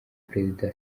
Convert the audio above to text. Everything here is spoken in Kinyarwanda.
perezida